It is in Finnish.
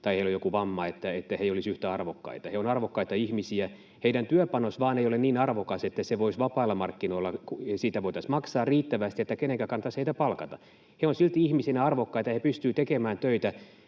tai joku vamma, että he eivät olisi yhtä arvokkaita. He ovat arvokkaita ihmisiä. Heidän työpanoksensa vain ei ole niin arvokas, että vapailla markkinoilla siitä voitaisiin maksaa riittävästi niin, että kenenkään kannattaisi heitä palkata. He ovat silti ihmisinä arvokkaita, ja he pystyvät tekemään töitä.